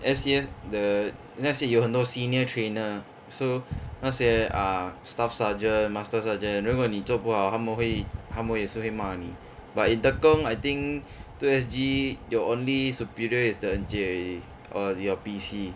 S_C_S the let's say 有很多 senior trainer so 那些 err staff sergeant master sergeant 如果你做不好他们会他们也是会骂你 but in tekong I think two S_G your only superior is the encik 而已 or your P_C